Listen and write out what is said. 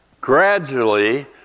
gradually